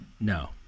No